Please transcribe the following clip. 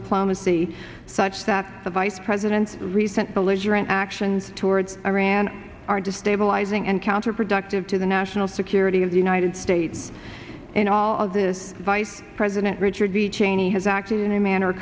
diplomacy such that the vice president's recent belligerent actions towards iran are destabilizing and counterproductive to the national security of the united states in all of this vice president richard b cheney has acted in a manner